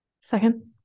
Second